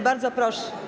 Bardzo proszę.